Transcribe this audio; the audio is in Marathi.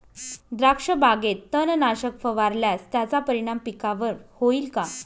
द्राक्षबागेत तणनाशक फवारल्यास त्याचा परिणाम पिकावर होईल का?